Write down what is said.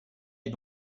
est